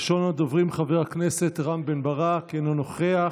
ראשון הדוברים, חבר הכנסת רם בן ברק, אינו נוכח.